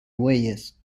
bueyes